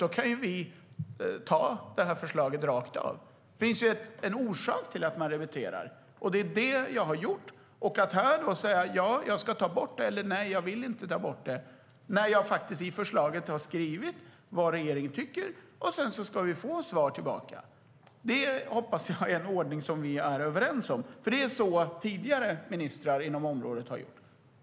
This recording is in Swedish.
Då kan vi anta förslaget rakt av. Jag hoppas att detta är en ordning som vi är överens om. Det är så tidigare ministrar har gjort.